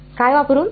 काय वापरून